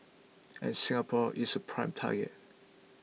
and Singapore is a prime target